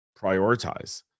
prioritize